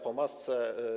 Pomasce.